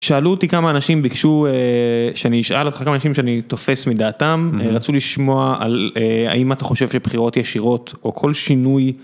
שאלו אותי כמה אנשים ביקשו שאני אשאל אותך כמה אנשים שאני תופס מדעתם, הם רצו לשמוע על האם אתה חושב שבחירות ישירות או כל שינוי.